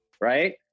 Right